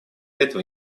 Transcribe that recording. этого